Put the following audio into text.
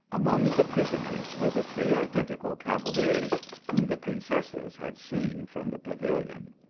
among the prisoners, were the three identical cava liers whom the princesses had seen from the pavilion.